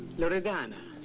loredana,